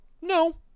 No